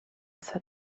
said